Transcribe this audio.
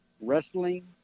wrestling